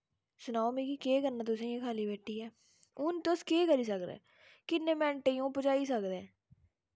सनाओ निगी केह् करना तुसें इ'यां खाल्ली बैठियै हून तुस केह् करी सकदे किन्नें मैंन्टे त ओह् भजाई सकदे